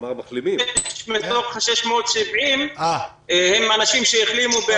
--- מתוך ה-670 הם אנשים שהחלימו.